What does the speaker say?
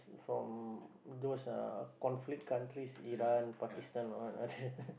from those uh conflict countries Iran Pakistan or what ah